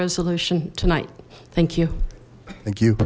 resolution tonight thank you thank you